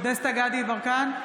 דסטה גדי יברקן,